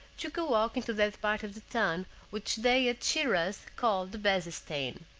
took a walk into that part of the town which they at schiraz called the bezestein.